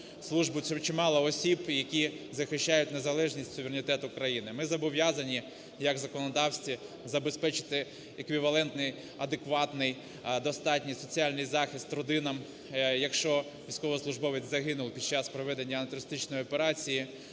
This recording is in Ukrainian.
службу цю, чимало осіб, які захищають незалежність, суверенітет України, ми зобов'язані як в законодавстві забезпечити еквівалентний, адекватний, достатній соціальний захист родинам, якщо військовослужбовець загинув під час проведення антитерористичної операції,